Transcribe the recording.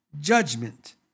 judgment